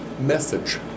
Message